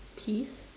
peeves